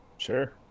Sure